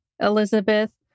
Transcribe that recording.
Elizabeth